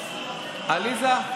עליזה?